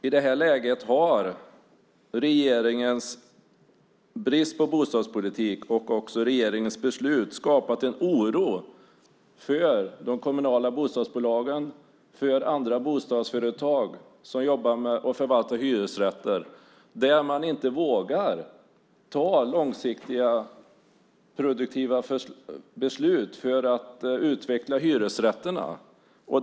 I det här läget har regeringens brist på bostadspolitik och regeringens beslut skapat en oro för de kommunala bostadsbolagen och för andra bostadsföretag som förvaltar hyresrätter, där man inte vågar ta långsiktiga, produktiva beslut för att utveckla hyresrätterna.